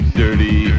dirty